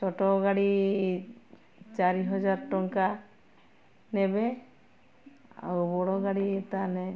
ଛୋଟ ଗାଡ଼ି ଚାରି ହଜାର ଟଙ୍କା ନେବେ ଆଉ ବଡ଼ ଗାଡ଼ି ତା ନେ